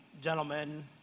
gentlemen